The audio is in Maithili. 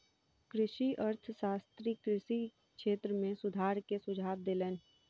कृषि अर्थशास्त्री कृषि क्षेत्र में सुधार के सुझाव देलैन